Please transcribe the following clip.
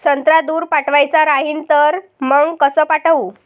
संत्रा दूर पाठवायचा राहिन तर मंग कस पाठवू?